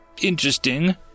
interesting